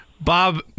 Bob –